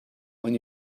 when